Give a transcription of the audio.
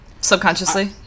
subconsciously